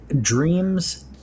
dreams